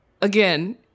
again